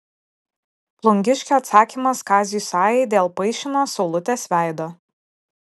plungiškio atsakymas kaziui sajai dėl paišino saulutės veido